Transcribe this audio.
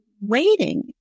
waiting